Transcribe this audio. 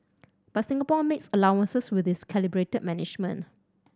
but Singapore makes allowances with its calibrated management